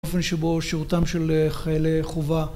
באופן שבו שירותם של חיילי חובה